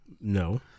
No